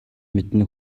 мэднэ